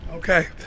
Okay